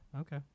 okay